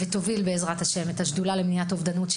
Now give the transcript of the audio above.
היא תוביל, בעזרת השם, את השדולה למניעת אובדנות.